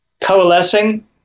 coalescing